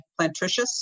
Plantricious